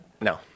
No